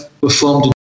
performed